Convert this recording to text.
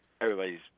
everybody's